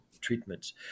treatments